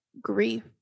grief